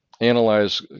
analyze